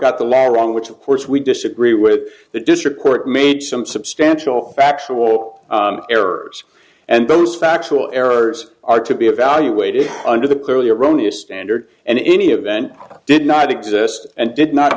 got the wrong which of course we disagree with the district court made some substantial factual errors and those factual errors are to be evaluated under the clearly erroneous standard and in any event did not exist and did not